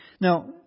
Now